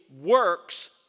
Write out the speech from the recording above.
works